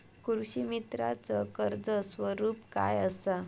कृषीमित्राच कर्ज स्वरूप काय असा?